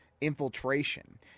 infiltration